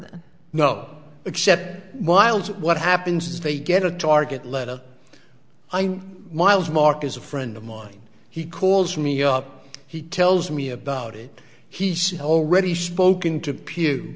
the no except while what happens is they get a target letter i'm miles marked as a friend of mine he calls me up he tells me about it he's already spoken to